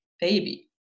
baby